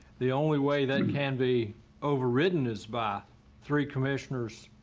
the only way that can be overridden is by three commissioners